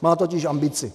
Má totiž ambici.